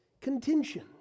contention